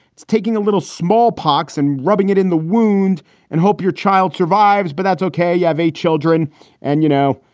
it's taking a little smallpox and rubbing it in the wound and hope your child survives. but that's ok you have eight children and you know,